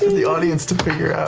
the audience to figure out?